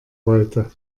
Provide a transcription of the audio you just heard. wollte